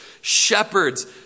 shepherds